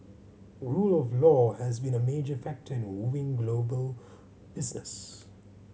rule of law has been a major factor in wooing global business